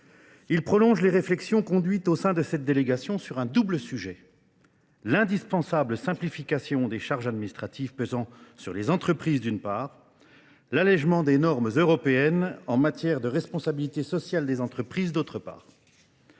Il prolonge les réflexions conduites au sein de cette délégation sur un double sujet. L'indispensable simplification des charges administratives pesant sur les entreprises d'une part, l'allègement des normes européennes en matière de responsabilité sociale des entreprises d'autre part,